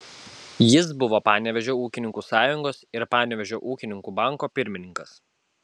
jis buvo panevėžio ūkininkų sąjungos ir panevėžio ūkininkų banko pirmininkas